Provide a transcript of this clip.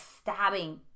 stabbing